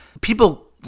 people